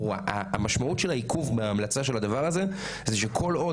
המשמעות של העיכוב מההמלצה של הדבר הזה זה שכל עוד